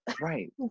Right